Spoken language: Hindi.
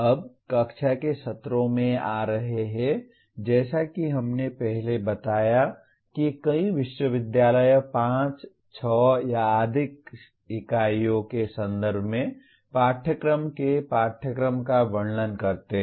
अब कक्षा के सत्रों में आ रहे हैं जैसा कि हमने पहले बताया कि कई विश्वविद्यालय 5 6 या अधिक इकाइयों के संदर्भ में पाठ्यक्रमों के पाठ्यक्रम का वर्णन करते हैं